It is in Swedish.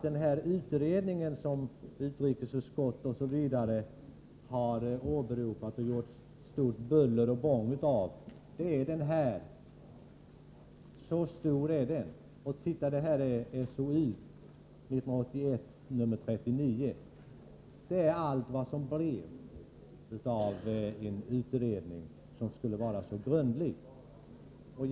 Den utredning som utrikesutskottet och andra med stort buller och bång har åberopat är den som jag nu håller i handen. Så stor är den. Det är SOU 1981:39. Detta är allt vad som kom ut av en utredning som skulle vara så grundlig.